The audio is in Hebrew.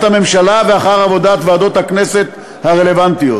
הממשלה ואחר עבודת ועדות הכנסת הרלוונטיות.